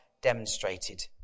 demonstrated